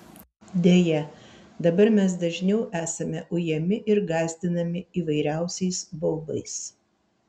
deja dabar mes dažniau esame ujami ir gąsdinami įvairiausiais baubais